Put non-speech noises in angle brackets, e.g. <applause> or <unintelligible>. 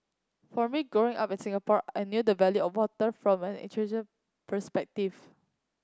for me Growing Up in Singapore I knew the value of water from an <unintelligible> perspective